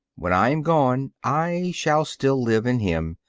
when i am gone i shall still live in him,